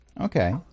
Okay